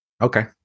Okay